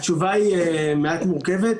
התשובה היא מעט מורכבת.